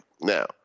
Now